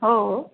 हो